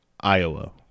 Iowa